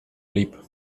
liep